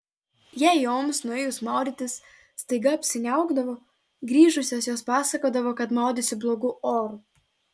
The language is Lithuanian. jei joms nuėjus maudytis staiga apsiniaukdavo grįžusios jos pasakodavo kad maudėsi blogu oru